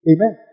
Amen